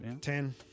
Ten